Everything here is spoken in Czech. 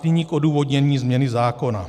Nyní k odůvodnění změny zákona.